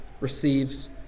receives